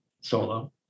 solo